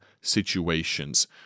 situations